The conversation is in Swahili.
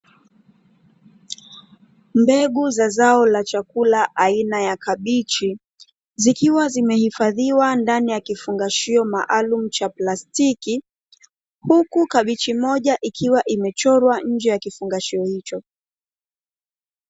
Mbegu za zao la chakula aina ya kabichi zikiwa zimehifadhiwa ndani ya kifungashio maalumu cha plastiki, huku kabichi moja ikiwa imechorwa nje ya kifungashio hicho.